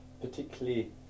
particularly